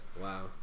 Wow